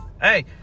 hey